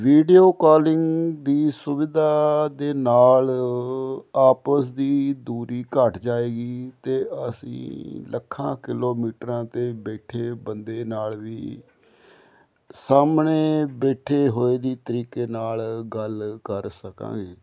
video calling ਦੀ ਸੁਵਿਧਾ ਦੇ ਨਾਲ ਆਪਸ ਦੀ ਦੂਰੀ ਘੱਟ ਜਾਏਗੀ ਅਤੇ ਅਸੀਂ ਲੱਖਾਂ ਕਿਲੋਮੀਟਰਾਂ 'ਤੇ ਬੈਠੇ ਬੰਦੇ ਨਾਲ ਵੀ ਸਾਹਮਣੇ ਬੈਠੇ ਹੋਏ ਦੀ ਤਰੀਕੇ ਨਾਲ ਗੱਲ ਕਰ ਸਕਾਂਗੇ